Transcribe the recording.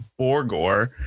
Borgor